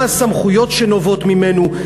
מה הסמכויות שנובעות ממנו,